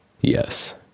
Yes